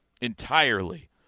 entirely